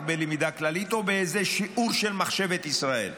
בלמידה כללית או באיזה שיעור של מחשבת ישראל.